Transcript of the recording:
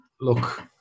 look